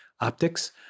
Optics